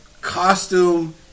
costume